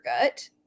gut